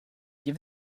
give